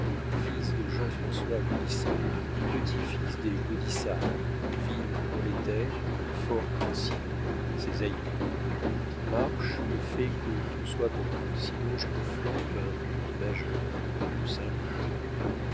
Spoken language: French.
fils de jean françois gaudissart petit-fils des gaudissart vils prolétaires fort anciens ses aïeux marche et fais que tout soit bon sinon je te flanque un ut majeur dans ton saint luc